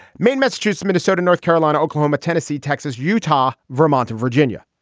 maine. massachusetts. minnesota. north carolina. oklahoma. tennessee. texas. utah. vermont. virginia.